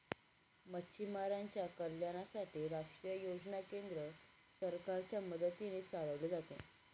मच्छीमारांच्या कल्याणासाठी राष्ट्रीय योजना केंद्र सरकारच्या मदतीने चालवले जाते